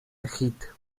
hit